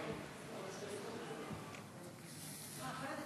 כל הדפים